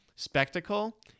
Spectacle